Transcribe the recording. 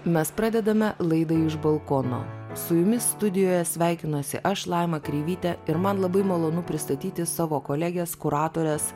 mes pradedame laidą iš balkono su jumis studijoje sveikinuosi aš laima kreivytė ir man labai malonu pristatyti savo kolegės kuratorės